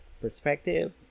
perspective